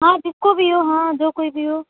ہاں جس کو بھی ہو ہاں جو کوئی بھی ہو